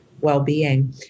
well-being